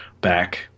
back –